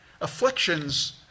Afflictions